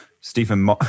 Stephen